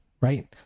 Right